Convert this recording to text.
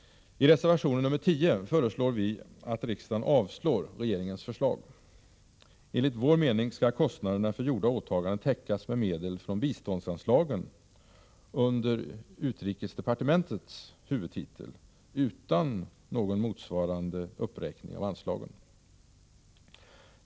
I reservation nr 10 föreslår vi att riksdagen avslår regeringens förslag. Enligt vår mening skall kostnaderna för gjorda åtaganden täckas av medel från biståndsanslagen under utrikesdepartementets huvudtitel, utan någon motsvarande uppräkning av anslagen.